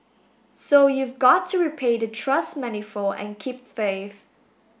so you've got to repay the trust manifold and keep faith